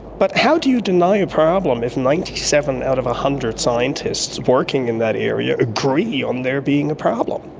but how do you deny a problem if ninety seven out of one hundred scientists working in that area agree on there being a problem?